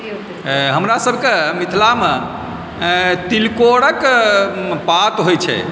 हमरा सभकेँ मिथिलामे तिलकोरके पात होइ छै